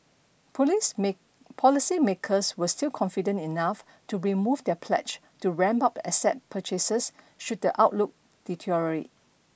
police may policy makers were still confident enough to remove their pledge to ramp up asset purchases should the outlook deteriorate